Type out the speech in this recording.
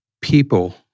people